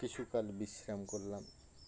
কিছুকাল বিশ্রাম করলাম